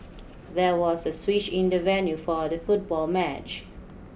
there was a switch in the venue for the football match